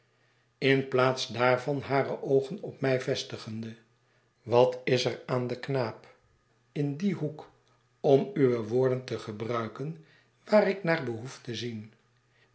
in plaats daarvan hare oogen op mij vestigende wat is er aan den knaap in dien hoek om uwe woorden te gebruiken waar ik naar behoef te zien